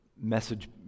message